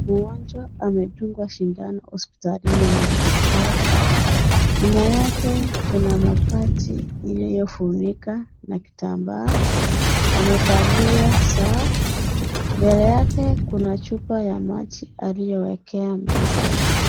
Mgonjwa amedungwa sindano hospitalini na daktari nyuma yake kuna mabati iliyofunika na kitambaa amevalia saa mbele yake kuna chupa ya maji aliyowekea meza.